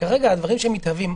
וכרגע הדברים שמתהווים,